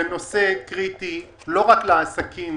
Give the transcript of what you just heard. זה נושא קריטי לא רק לעסקים